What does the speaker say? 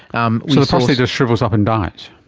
um so the prostate just shrivels up and dies,